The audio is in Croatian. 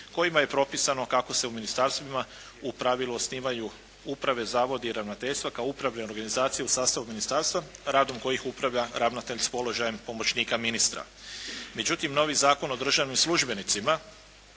kojima je propisano kako se u ministarstvima u pravilu osnivaju uprave, zavodi i ravnateljstva kao upravne organizacije u sastavu ministarstva radom kojih upravlja ravnatelj s položajem pomoćnika ministra. Međutim, novi Zakon o državnim službenicima